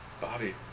Bobby